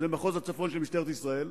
מחוז הצפון של משטרת ישראל,